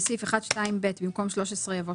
בסוף ההסבר אתה עלול לבכות,